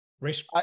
race